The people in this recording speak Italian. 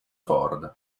ford